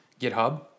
GitHub